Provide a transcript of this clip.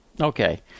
Okay